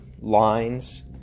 lines